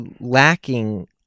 lacking